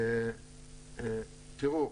תראו,